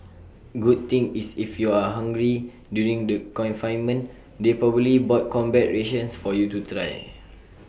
good thing is if you are hungry during the confinement they probably bought combat rations for you to try